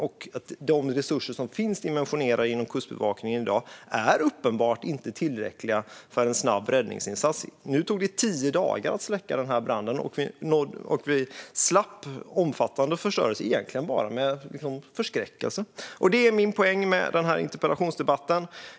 Det är uppenbart att de resurser som finns dimensionerade inom Kustbevakningen i dag inte är tillräckliga för en snabb räddningsinsats. Nu tog det tio dagar att släcka branden, och det var egentligen bara med förskräckelse som vi slapp omfattande förstörelse. Detta är min poäng med den här interpellationsdebatten.